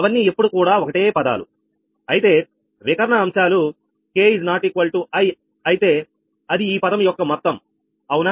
అవన్నీ ఎప్పుడు కూడా ఒకటే పదాలు అయితే వికర్ణ అంశాలు k ≠ i అయితే అది ఈ పదము యొక్క మొత్తం అవునా